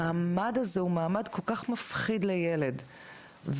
המעמד הזה הוא מעמד כל כך מפחיד עבור ילד וילד